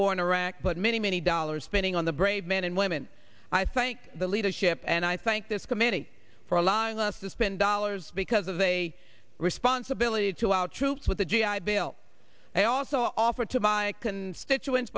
war in iraq but many many dollars spending on the brave men and women i thank the leadership and i thank this committee for allowing us to spend dollars because of a responsibility to our troops with the g i bill they also offer to my constituents